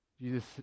Jesus